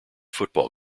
football